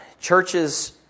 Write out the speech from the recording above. churches